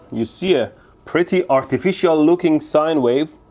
you see a pretty artificial looking sine wave